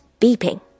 beeping